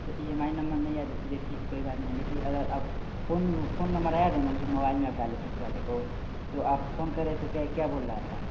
तो I M E number नहीं याद है कोई बात नहीं लेकिन अगर अब फोन फोन नमर है याद है ना जो आप मोबाईल में आप डाले थे उस वाले को तो आप फोन कर रहे तो क्या क्या बोल रहा था